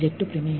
జట్టు ప్రమేయం